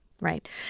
Right